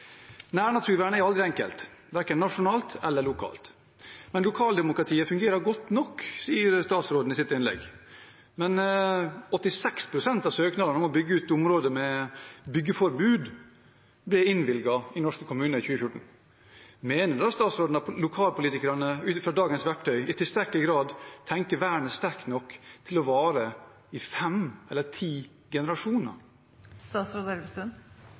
Nærnaturvern er aldri enkelt, verken nasjonalt eller lokalt. Lokaldemokratiet fungerer godt nok, sier statsråden i sitt innlegg, men 86 pst. av søknadene om å bygge ut i områder med byggeforbud ble innvilget i norske kommuner i 2014. Mener da statsråden at lokalpolitikerne ut fra dagens verktøy i tilstrekkelig grad tenker at vernet er sterkt nok til å vare i fem eller ti